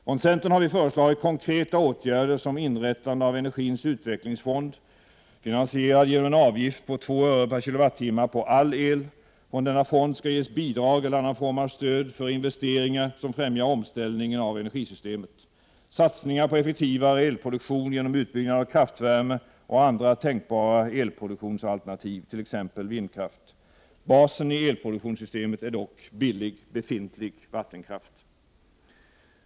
Från centern har vi föreslagit konkreta åtgärder, såsom inrättandet av energins utvecklingsfond, finansierad genom en avgift på 2 öre/kWh på all el. Från denna fond skall ges bidrag eller annan form av stöd för investeringar som främjar omställningen av energisystemet. Det gäller satsningar på effektivare elproduktion genom utbyggnad av kraftvärme och andra tänkba ra elproduktionsalternativ, t.ex. vindkraft. Basen i elproduktionssystemet är dock billig, befintlig vattenkraft.